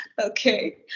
Okay